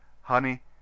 honey